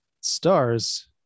Stars